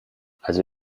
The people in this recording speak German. also